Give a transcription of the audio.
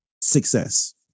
success